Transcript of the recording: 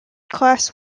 class